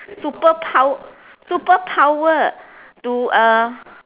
superpow~ superpower to uh